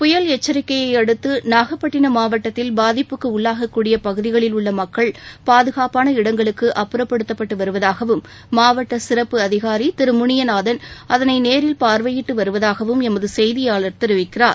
புயல் எச்சிக்கையை அடுத்து நாகப்பட்டினம் மாவட்டத்தில் பாதிப்புக்கு உள்ளாகக்கூடிய பகுதிகளில் உள்ள மக்கள் பாதுகாப்பான இடங்களுக்கு அப்புறப்படுத்தப்பட்டு வருவதாகவும் மாவட்ட சிறப்பு அதிகாரி திரு முனியநாதன் அதனை நேரில் பார்வையிட்டு வருவதாகவும் எமது செய்தியாளர் தெரிவிக்கிறார்